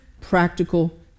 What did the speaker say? practical